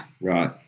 Right